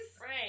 Right